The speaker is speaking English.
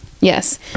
Yes